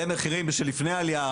זה מחירים של לפני העלייה.